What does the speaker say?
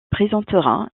présentera